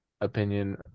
opinion